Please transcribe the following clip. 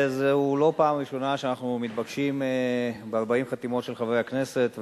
זו לא פעם ראשונה שאנחנו מתבקשים ב-40 חתימות של חברי הכנסת,